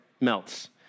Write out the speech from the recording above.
melts